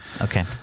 Okay